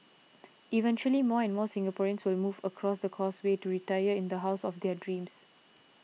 eventually more and more Singaporeans will move across the Causeway to retire in the house of their dreams